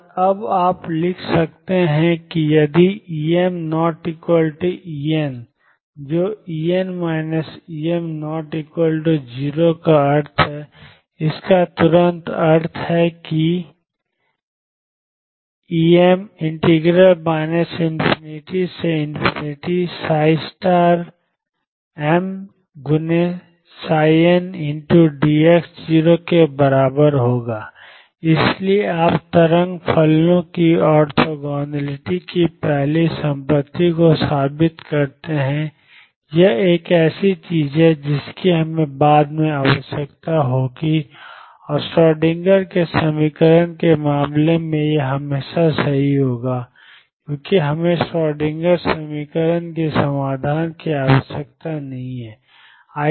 और अब आप लिख सकते हैं यदि EmEn जो En Em≠0 का अर्थ है इसका तुरंत अर्थ है कि Em ∞mndx0 इसलिए आप तरंग फलनों की ओर्थोगोनैलिटी की पहली संपत्ति को साबित करते हैं यह एक ऐसी चीज है जिसकी हमें बाद में आवश्यकता होगी और श्रोडिंगर के समीकरण के मामले में यह हमेशा सही होगा क्योंकि हमें श्रोडिंगर समीकरण के समाधान की आवश्यकता नहीं है